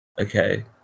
okay